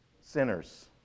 Sinners